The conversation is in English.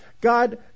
God